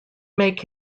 make